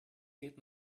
geht